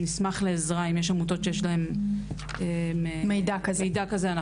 נשמח לעזרה אם יש עמותות שיש להן מידע כזה.